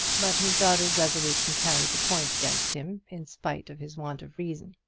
but his daughter's resolution carried the point against him in spite of his want of reason.